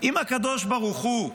אם הקדוש ברוך הוא,